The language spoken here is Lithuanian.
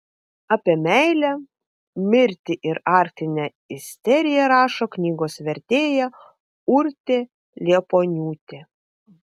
apie meilę mirtį ir arktinę isteriją rašo knygos vertėja urtė liepuoniūtė